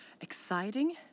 exciting